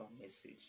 message